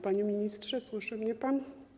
Panie ministrze, słyszy mnie pan?